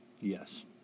Yes